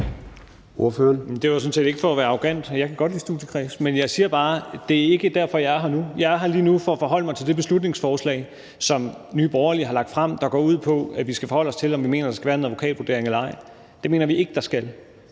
Det var sådan set ikke for at være arrogant – jeg kan godt lide studiekredse – men jeg siger bare, at det ikke er derfor, jeg er her nu. Jeg er her lige nu for at forholde mig til det beslutningsforslag, som Nye Borgerlige har lagt frem, der går ud på, at vi skal forholde os til, om vi mener, at der skal være en advokatvurdering eller ej. Det mener vi ikke der skal